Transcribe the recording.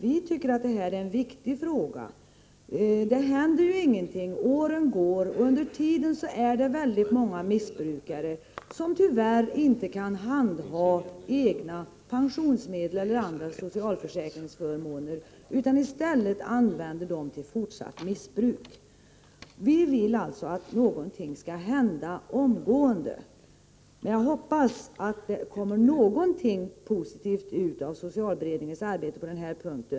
Vi tycker att detta är en viktig fråga. Det händer ju ingenting, och åren går. Under tiden är det många missbrukare som tyvärr inte kan handha egna pensionsmedel eller andra socialförsäkringsmedel utan i stället använder dem till fortsatt missbruk. Vi vill att något skall hända omgående, och jag hoppas att socialberedningens arbete leder till något positivt på denna punkt.